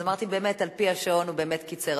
אמרתי, באמת על-פי השעון, הוא באמת קיצר.